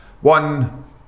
one